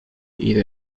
either